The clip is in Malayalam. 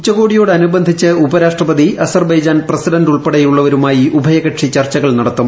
ഉച്ചകോടിയോടനുബന്ധിച്ച് ഉപരാഷ്ട്രപതി അസർബൈജാൻ പ്രസിഡന്റ് ഉൾപ്പെടെയുള്ളവരുമായി ഉഭയകക്ഷി ചർച്ചകൾ നടത്തും